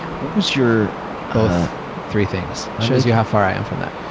what was your ah, both three things. shows you how far i am from that.